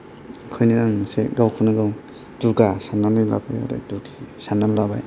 ओंखायनो आं एसे गावखौनो गाव दुगा साननानै लाबाय आरो दुगि साननानै लाबाय